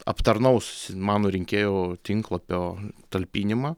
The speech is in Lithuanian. aptarnaus mano rinkėjo tinklapio talpinimą